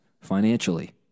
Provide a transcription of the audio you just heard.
financially